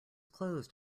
closed